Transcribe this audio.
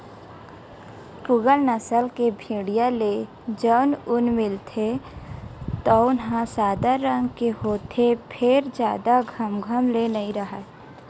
पूगल नसल के भेड़िया ले जउन ऊन मिलथे तउन ह सादा रंग के होथे फेर जादा घमघम ले नइ राहय